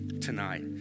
tonight